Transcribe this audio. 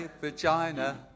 vagina